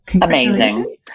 Amazing